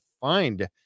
find